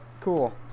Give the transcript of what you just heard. cool